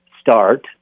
start